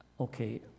Okay